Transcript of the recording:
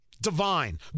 divine